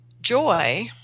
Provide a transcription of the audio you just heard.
Joy